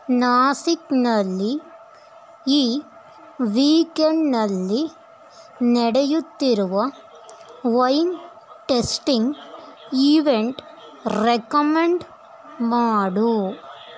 ನಾಸಿಕ್ನಲ್ಲಿ ಈ ವೀಕೆಂಡ್ನಲ್ಲಿ ನಡೆಯುತ್ತಿರುವ ವೈನ್ ಟೆಸ್ಟಿಂಗ್ ಈವೆಂಟ್ ರೆಕಮೆಂಡ್ ಮಾಡು